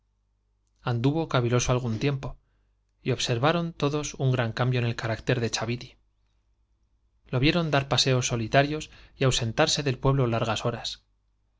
anduvo caviloso algún tiempo y observaron el carácter de chaviti lo vieron gran cambio un en dar paseos solitarios y ausentarse del pueblo largas horas